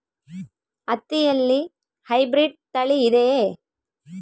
ಹತ್ತಿಯಲ್ಲಿ ಹೈಬ್ರಿಡ್ ತಳಿ ಇದೆಯೇ?